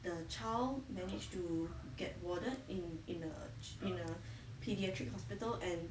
the child managed to get warded in in a in a pediatric hospital and